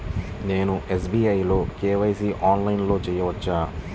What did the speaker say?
నేను ఎస్.బీ.ఐ లో కే.వై.సి ఆన్లైన్లో చేయవచ్చా?